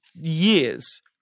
years